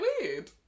weird